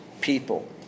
people